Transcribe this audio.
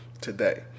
today